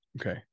Okay